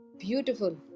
Beautiful